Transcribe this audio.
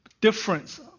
difference